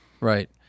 Right